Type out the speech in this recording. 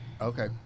Okay